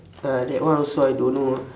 uh that one also I don't know ah